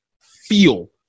feel